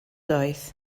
doedd